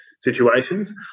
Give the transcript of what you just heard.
situations